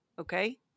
okay